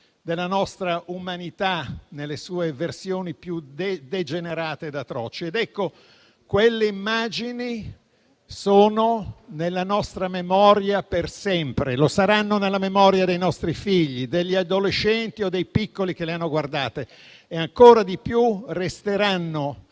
dalla nostra umanità nelle sue versioni più degenerate e atroci. Quelle immagini sono nella nostra memoria per sempre; saranno nella memoria dei nostri figli, degli adolescenti o dei piccoli che le hanno guardate e, ancor di più, resteranno